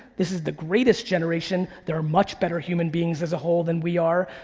this is the greatest generation, there are much better human beings as a whole than we are,